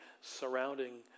surrounding